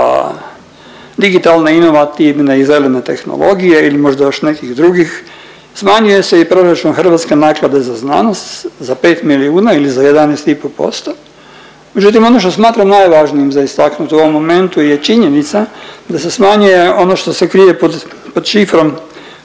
digitalne inovativne i zelene tehnologije ili možda još nekih drugih. Smanjuje se i proračun Hrvatske naklade za znanost za 5 milijuna ili za 11,5%. Međutim ono što smatram najvažnijim za istaknut u ovom momentu je činjenica da se smanjuje ono što se krije pod šifrom